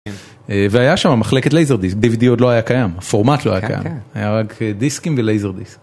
והיה שם מחלקת לייזר דיסק, דיוידי עוד לא היה קיים, הפורמט לא היה קיים, היה רק דיסקים ולייזר דיסק.